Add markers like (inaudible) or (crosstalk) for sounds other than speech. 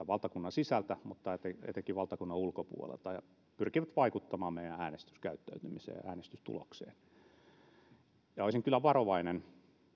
(unintelligible) valtakunnan sisältä mutta etenkin valtakunnan ulkopuolelta vihamielisiä toimijoita jotka pyrkivät vaikuttamaan meidän äänestyskäyttäytymiseemme ja äänestystulokseen olisin kyllä varovainen